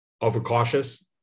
overcautious